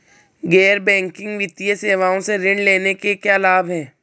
गैर बैंकिंग वित्तीय सेवाओं से ऋण लेने के क्या लाभ हैं?